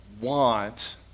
want